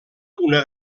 una